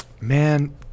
Man